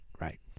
Right